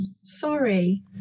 Sorry